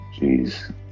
Jeez